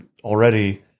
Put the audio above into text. already